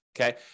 Okay